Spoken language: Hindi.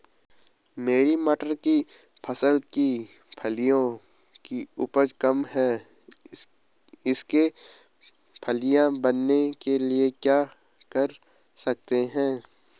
मेरी मटर की फसल की फलियों की उपज कम है इसके फलियां बनने के लिए क्या कर सकते हैं?